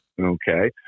Okay